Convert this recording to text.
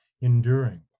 enduring